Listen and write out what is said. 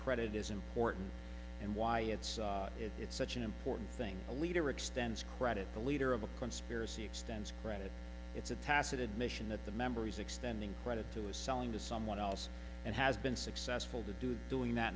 credit is important and why it's it's such an important thing a leader extends credit the leader of a conspiracy extends granted it's a tacit admission that the members extending credit to is selling to someone else and has been successful to do doing that